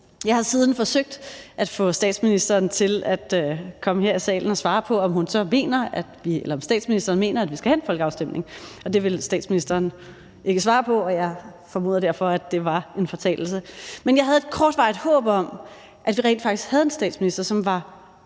Jeg har siden forsøgt at få statsministeren til at komme her i salen og svare på, om statsministeren mener, at vi skal have en folkeafstemning. Det vil statsministeren ikke svare på, og jeg formoder derfor, at det var en fortalelse. Men jeg havde et kortvarigt håb om, at vi rent faktisk havde en statsminister, som var